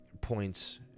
points